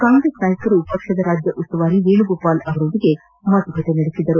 ಕಾಂಗ್ರೆಸ್ ನಾಯಕರು ಪಕ್ಷದ ರಾಜ್ಯ ಉಸ್ತುವಾರಿ ವೇಣುಗೋಪಾಲ್ ಅವರೊಂದಿಗೆ ಮಾತುಕತೆ ನಡೆಸಿದರು